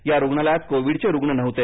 या रुग्णालयात कोविडचे रुग्ण नव्हते